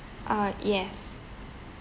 uh yes